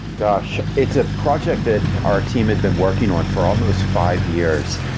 gosh. it's a project that our team had been working on for almost five years.